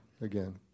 again